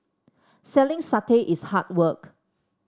selling satay is hard work